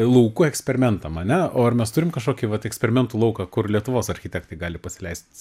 lauku eksperimentam ane o ir mes turim kažkokį vat eksperimentų lauką kur lietuvos architektai gali pasileist